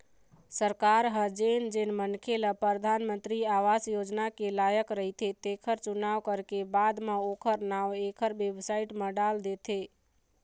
सरकार ह जेन जेन मनखे ल परधानमंतरी आवास योजना के लायक रहिथे तेखर चुनाव करके बाद म ओखर नांव एखर बेबसाइट म डाल देथे